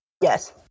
Yes